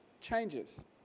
changes